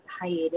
hiatus